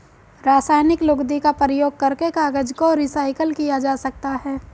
रासायनिक लुगदी का प्रयोग करके कागज को रीसाइकल किया जा सकता है